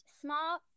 small